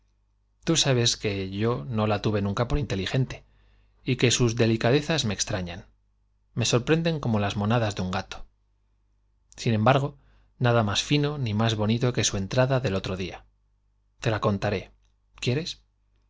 tú que yo nola tuve nunca por inteligente y que sus delicadezas me extrañan e sorprenden como las monadas de un gato sín embargo nada má s fino ni más bonito que su entrada del otro día te la contaré quieres